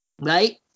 right